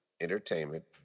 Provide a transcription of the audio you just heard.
Entertainment